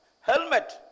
Helmet